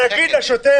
להגיד לשוטר: